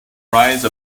rise